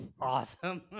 Awesome